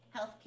Healthcare